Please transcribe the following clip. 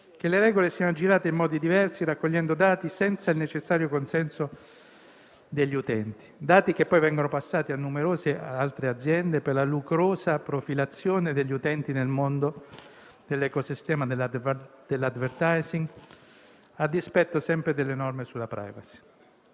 che le regole siano aggirate in modi diversi, raccogliendo dati senza il necessario consenso degli utenti. Tali dati vengono poi passati a numerose altre aziende, per la lucrosa profilazione degli utenti nel mondo dell'ecosistema dell'*advertising*, a dispetto sempre delle norme sulla *privacy*.